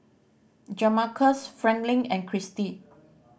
Jamarcus Franklyn and Cristy